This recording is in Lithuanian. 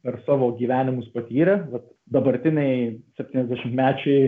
per savo gyvenimus patyrę vat dabartiniai septyniasdešimtmečiai